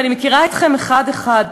ואני מכירה אתכם אחד-אחד.